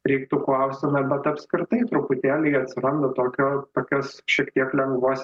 reiktų klausti na bet apskritai truputėlį atsiranda tokio tokios šiek tiek lengvos